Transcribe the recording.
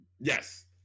Yes